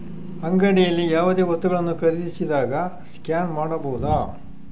ಅಂಗಡಿಯಲ್ಲಿ ಯಾವುದೇ ವಸ್ತುಗಳನ್ನು ಖರೇದಿಸಿದಾಗ ಸ್ಕ್ಯಾನ್ ಮಾಡಬಹುದಾ?